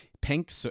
pink